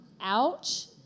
Ouch